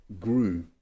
grew